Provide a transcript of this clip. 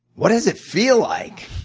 what does it feel like?